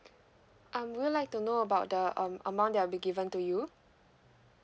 uh would you like to know about the um amount that'll be given to you